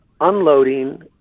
unloading